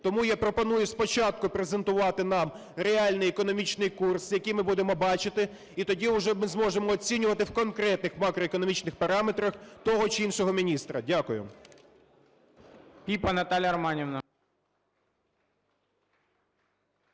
Тому я пропоную спочатку презентувати нам реальний економічний курс, який ми будемо бачити, і тоді вже ми зможемо оцінювати в конкретних макроекономічних параметрах того чи іншого міністра. Дякую.